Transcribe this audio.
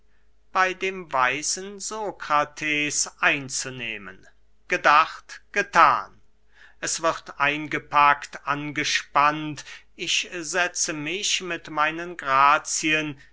bey dem weisen sokrates einzunehmen gedacht gethan es wird eingepackt angespannt ich setze mich mit meinen grazien